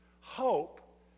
Hope